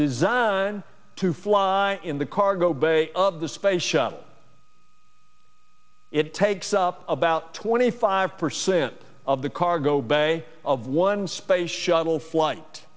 designed to fly in the cargo bay of the space shuttle it takes up about twenty five percent of the cargo bay of one space shuttle flight